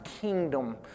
kingdom